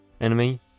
enemy